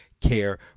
Care